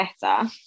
better